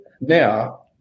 now